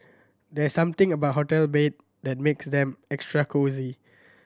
there's something about hotel bed that makes them extra cosy